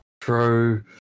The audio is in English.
True